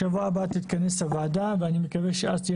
שבוע הבא תתכנס הוועדה ואני מקווה שאז תהיה